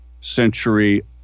century